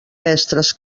mestres